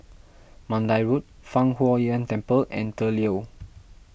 Mandai Road Fang Huo Yuan Temple and the Leo